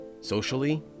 socially